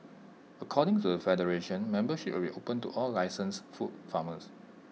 according to the federation membership will be opened to all licensed food farmers